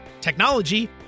technology